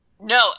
No